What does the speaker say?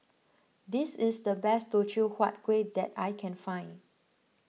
this is the best Teochew Huat Kueh that I can find